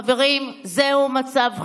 חברים, זהו מצב חירום.